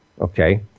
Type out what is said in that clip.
Okay